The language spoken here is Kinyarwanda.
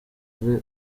ari